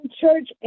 church